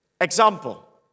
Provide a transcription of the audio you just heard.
example